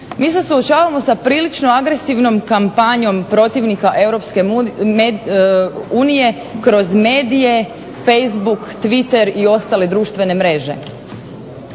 mi se suočavamo sa prilično agresivnom kampanjom protivnika Europske unije kroz medije, Facebook, Tweeter i ostale društvene mreže.